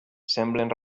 semblen